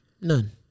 None